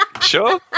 sure